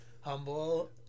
humble